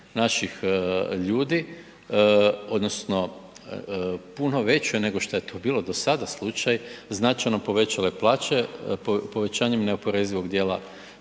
naših ljudi, odnosno puno većoj nego što je to bilo do sada slučaj značajno povećale plaće povećanjem neoporezivog djela